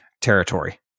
territory